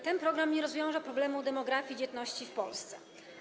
Ten program nie rozwiąże problemu demografii, dzietności w Polsce.